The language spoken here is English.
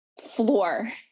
floor